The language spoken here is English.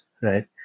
right